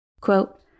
Quote